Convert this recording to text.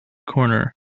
corner